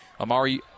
Amari